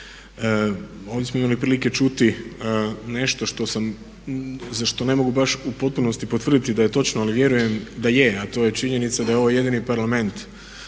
Ovdje smo imali prilike čuti nešto što sam, za što ne mogu baš u potpunosti potvrditi da je točno ali vjerujem da je, a to je činjenica da je ovo jedini Parlament